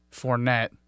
Fournette